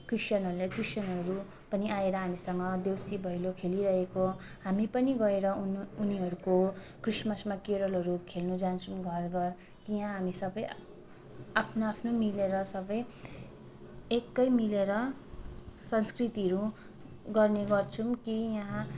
क्रिश्चियनहरूले क्रिश्चियनहरू पनि आएर हामीसँग देउसी भैलो खेलिआएको हामी पनि गएर उनी उनीहरूको क्रिसमसमा केरलहरू खेल्न जान्छौँ घर घर यहाँ हामी सबै आफ्नो आफ्नो मिलेर सबै एकै मिलेर संस्कृतिहरू गर्ने गर्छौँ कि यहाँ